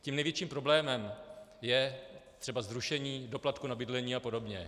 Tím největším problémem je třeba zrušení doplatku na bydlení apod.